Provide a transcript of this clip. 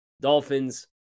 Dolphins